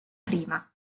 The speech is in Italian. prima